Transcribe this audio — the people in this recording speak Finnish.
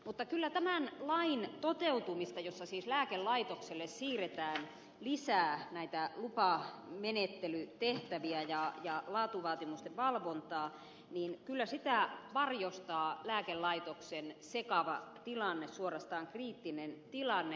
mutta kyllä tämän lain toteutumista jossa siis lääkelaitokselle siirretään lisää näitä lupamenettelytehtäviä ja laatuvaatimusten valvontaa varjostaa lääkelaitoksen sekava tilanne suorastaan kriittinen tilanne